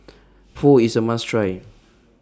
Pho IS A must Try